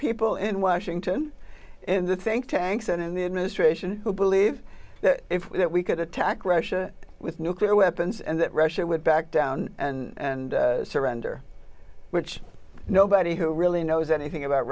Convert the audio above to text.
people in washington in the think tanks and in the administration who believe that we could attack russia with nuclear weapons and that russia would back down and surrender which nobody who really knows anything about